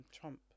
Trump